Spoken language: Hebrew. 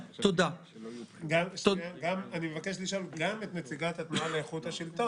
אני מבקש לשאול גם את נציגת התנועה לאיכות השלטון,